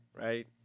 right